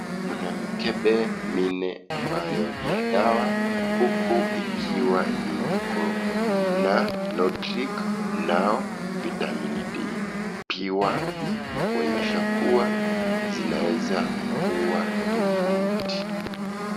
Mna mikebe minne ambayo niya dawa, huku ikiwa ikona nautric now vitamin d, pure kuonyesha kuwa zinaeza kua tofauti.